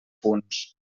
punts